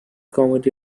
comedy